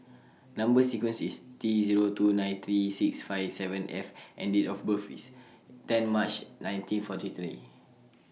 Number sequence IS T Zero two nine three six five seven F and Date of birth IS ten March nineteen forty three